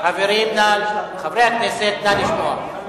נא לשמוע.